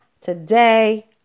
Today